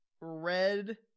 red